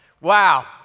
Wow